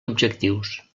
objectius